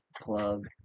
plug